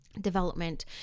Development